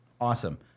Awesome